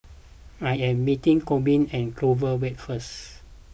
I am meeting Corbin at Clover Way first